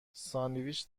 ساندویچ